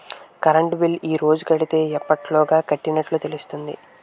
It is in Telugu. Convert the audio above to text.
కరెంట్ బిల్లు ఈ రోజు కడితే ఎప్పటిలోగా కట్టినట్టు తెలుస్తుంది?